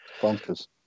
Bonkers